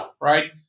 right